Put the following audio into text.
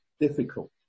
difficult